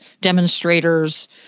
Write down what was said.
demonstrators